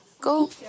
Go